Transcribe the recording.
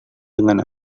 dengan